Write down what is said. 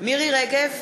מירי רגב,